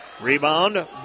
Rebound